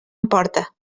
emporta